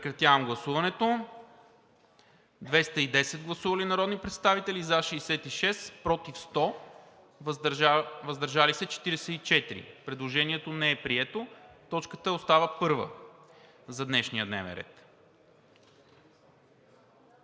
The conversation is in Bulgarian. бъде втора за днес. Гласували 210 народни представители: за 66, против 100, въздържали се 44. Предложението не е прието. Точката остава първа за днешния дневен ред.